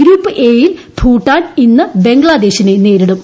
group A യിൽ ഭൂട്ടാൻ ഇന്ന് ബംഗ്ലാദേശിനെ നേരിടും